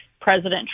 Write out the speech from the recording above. president